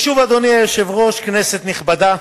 ושוב, אדוני היושב-ראש, כנסת נכבדה,